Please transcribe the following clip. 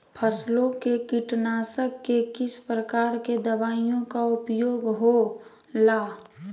फसलों के कीटनाशक के किस प्रकार के दवाइयों का उपयोग हो ला?